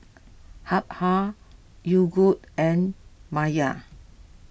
Habhal Yogood and Mayer